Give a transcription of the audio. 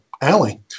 alley